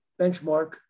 benchmark